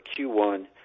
Q1